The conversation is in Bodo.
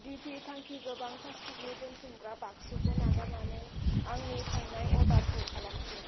दिपि थांखिगोबां प्लास्टिकनि दोन्थुमग्रा बाक्सुखौ नागारनानै आंनि थांनाय अर्डारखौ खालामफिन